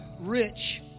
rich